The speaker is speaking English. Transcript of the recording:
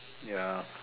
ya